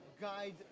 guide